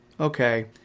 okay